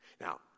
Now